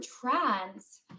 trans